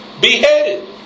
beheaded